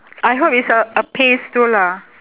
I hope it's a a phase too lah